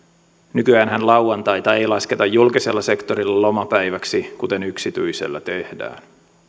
nykyäänhän lauantaita ei lasketa julkisella sektorilla lomapäiväksi kuten yksityisellä tehdään